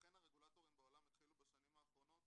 לכן הרגולטור בעולם התחילו בשנים האחרונות